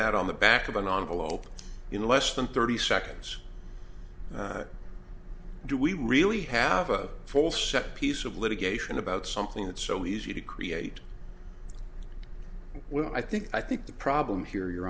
that on the back of a novel open in less than thirty seconds do we really have a full set piece of litigation about something that's so easy to create well i think i think the problem here you